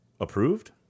approved